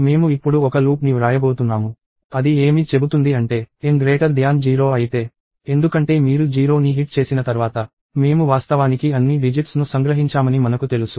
మేము ఇప్పుడు ఒక లూప్ ని వ్రాయబోతున్నాము అది ఏమి చెబుతుంది అంటే N 0 అయితే ఎందుకంటే మీరు 0ని హిట్ చేసిన తర్వాత మేము వాస్తవానికి అన్ని డిజిట్స్ ను సంగ్రహించామని మనకు తెలుసు